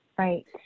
Right